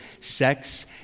sex